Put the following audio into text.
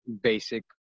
basic